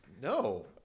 No